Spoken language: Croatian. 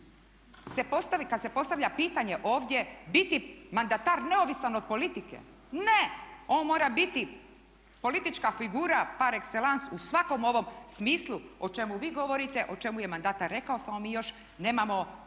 kad se postavlja pitanje ovdje biti mandatar neovisan od politike? Ne, on mora biti politička figura par excellence u svakom ovom smislu o čemu vi govorite, o čemu je mandatar rekao samo mi još nemamo te